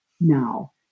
now